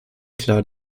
klar